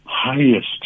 highest